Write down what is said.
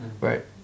right